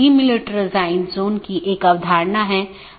अगला राउटर 3 फिर AS3 AS2 AS1 और फिर आपके पास राउटर R1 है